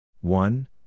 One